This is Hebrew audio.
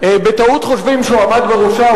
בטעות חושבים שהוא עמד בראשה.